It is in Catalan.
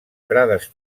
prades